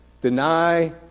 Deny